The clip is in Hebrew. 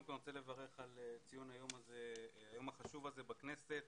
אני רוצה קודם כל לברך על ציון היום החשוב הזה בכנסת.